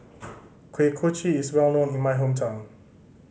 Kuih Kochi is well known in my hometown